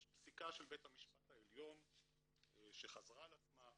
יש פסיקה של ביהמ"ש העליון שחזרה על עצמה,